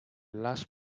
last